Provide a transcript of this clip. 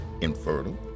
infertile